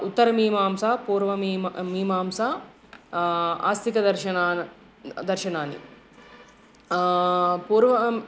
उत्तरमीमांसापूर्वमीम मीमांसा आस्तिकदर्शनान् दर्शनानि पूर्वम्